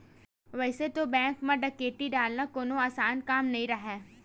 वइसे तो बेंक म डकैती डालना कोनो असान काम नइ राहय